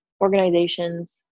organizations